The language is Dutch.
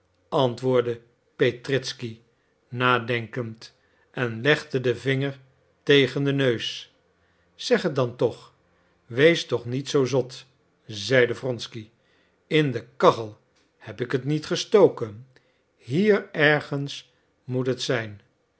antwoordde petritzky nadenkend en legde den vinger tegen den neus zeg het dan toch wees toch niet zoo zot zeide wronsky in de kachel heb ik het niet gestoken hier ergens moet het zijn